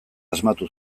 asmatu